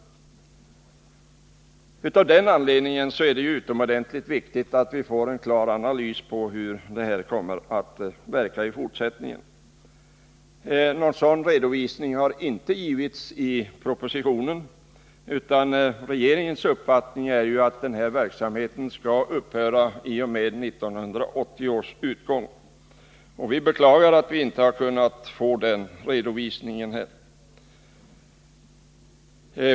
Av den anledningen är det utomordentligt viktigt att få en klar analys av hur verksamheten kommer att se ut i fortsättningen. Någon sådan redovisning har emellertid inte givits i propositionen. Regeringens uppfattning är att denna verksamhet skall upphöra i och med 1980 års utgång. Vi beklagar att vi inte har kunnat få del av den redovisningen.